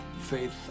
faith